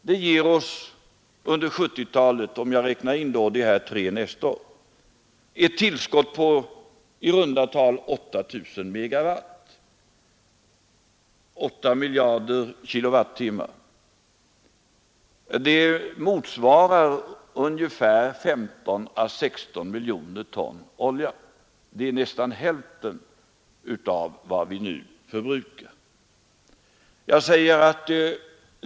Det ger oss under 1970-talet, om jag räknar in de tre som blir färdiga nästa år, ett tillskott på i runda tal 8 000 MW.